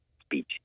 speech